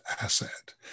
asset